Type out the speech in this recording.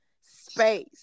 space